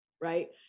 right